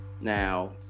Now